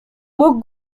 mógł